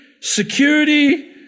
security